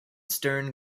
stern